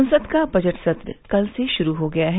संसद का बजट सत्र कल से शुरू हो गया है